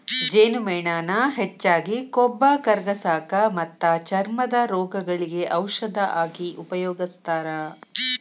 ಜೇನುಮೇಣಾನ ಹೆಚ್ಚಾಗಿ ಕೊಬ್ಬ ಕರಗಸಾಕ ಮತ್ತ ಚರ್ಮದ ರೋಗಗಳಿಗೆ ಔಷದ ಆಗಿ ಉಪಯೋಗಸ್ತಾರ